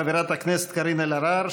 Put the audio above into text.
חברת הכנסת קארין אלהרר,